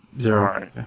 Zero